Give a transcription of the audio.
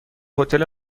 هتل